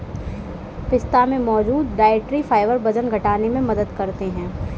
पिस्ता में मौजूद डायट्री फाइबर वजन घटाने में मदद करते है